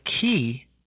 key